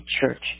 church